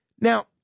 Now